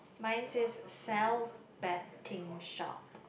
mine says sells betting shop